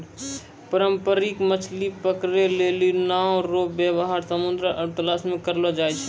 पारंपरिक मछली पकड़ै लेली नांव रो वेवहार समुन्द्र आरु तालाश मे करलो जाय छै